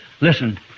Listen